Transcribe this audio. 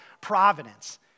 providence